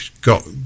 got